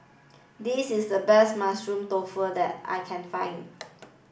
this is the best mushroom tofu that I can find